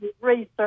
research